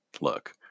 Look